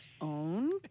own